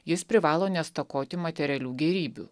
jis privalo nestokoti materialių gėrybių